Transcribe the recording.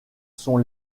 sont